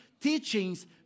teachings